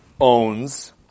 owns